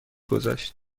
گذشت